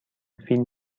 فیلم